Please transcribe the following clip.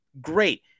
great